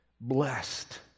Blessed